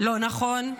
לא נכון,